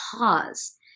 pause